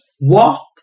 Walk